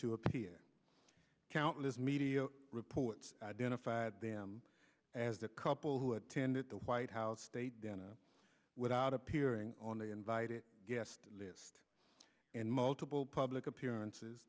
to appear countless media reports identified them as the couple who attended the white house state dinner without appearing on the invited guest list and multiple public appearances